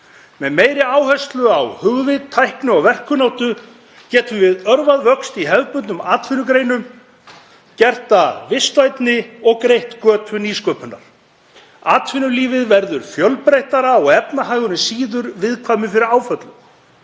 Með meiri áherslu á hugvit, tækni og verkkunnáttu getum við örvað vöxt í hefðbundnum atvinnugreinum, gert þær vistvænni og greitt götu nýsköpunar. Atvinnulífið verður fjölbreyttara og efnahagurinn síður viðkvæmur fyrir áföllum